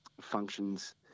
functions –